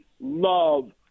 love